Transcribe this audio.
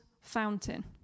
fountain